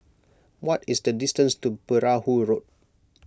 what is the distance to Perahu Road